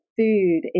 food